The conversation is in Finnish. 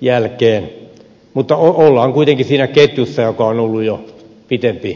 jälkeen mutta ollaan kuitenkin siinä ketjussa joka on ollut jo pitempiaikainen